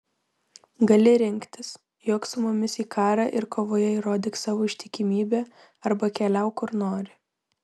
gali rinktis jok su mumis į karą ir kovoje įrodyk savo ištikimybę arba keliauk kur nori